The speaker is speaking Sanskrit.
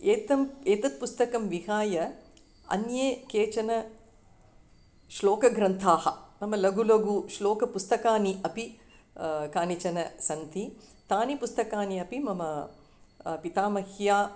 एतत् एतत् पुस्तकं विहाय अन्ये केचन श्लोकग्रन्थाः नाम लघु लघु श्लोकपुस्तकानि अपि कानिचन सन्ति तानि पुस्तकानि अपि मम पितामह्या